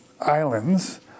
islands